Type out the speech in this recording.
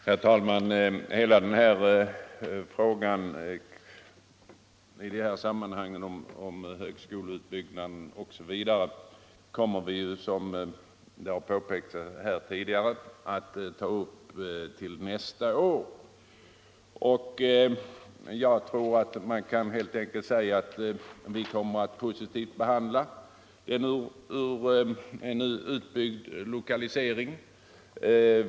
Herr talman! Frågan om högskoleutbyggnaden m.m. skall vi ju, som påpekats här tidigare, ta upp nästa år. Jag tror att man helt enkelt kan säga att vi då kommer att positivt behandla frågan om en utbyggd lokalisering.